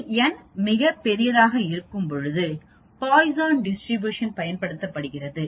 இதில் n மிகப் பெரியதாக இருக்கும்போது பாய்சான் டிஸ்ட்ரிபியூஷன் பயன்படுத்தப்படுகிறது